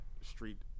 street